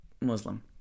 muslim